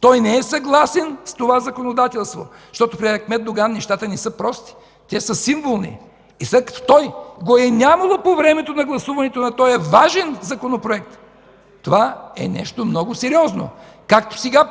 той не е съгласен с това законодателство. Защото при Ахмед Доган нещата не са прости, те са символни и след като него го е нямало по време на гласуването на този важен законопроект, това е нещо много сериозно. Както сега,